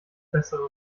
bessere